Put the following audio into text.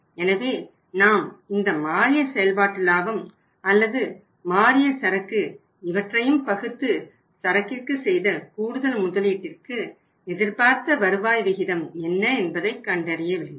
எனவே நாம் இந்த மாறிய செயல்பாட்டு லாபம் அல்லது அதிகரித்த செயல்பாட்டு லாபத்துடன் அதிகரிக்கும் சரக்கு அல்லது மாறிய சரக்கு இவற்றையும் பகுத்து சரக்கிற்கு செய்த கூடுதல் முதலீட்டிற்கு எதிர்பார்த்த வருவாய் விகிதம் என்ன என்பதையும் கண்டறிய வேண்டும்